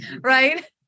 right